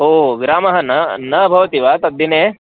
ओ विरामः न न भवति वा तद्दिने